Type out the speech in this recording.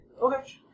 Okay